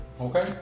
okay